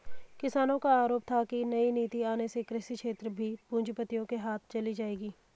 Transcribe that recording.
किसानो का आरोप था की नई नीति आने से कृषि क्षेत्र भी पूँजीपतियो के हाथ चली जाएगी